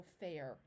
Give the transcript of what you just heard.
fair